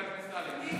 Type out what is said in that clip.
חברת הכנסת היבה יזבק,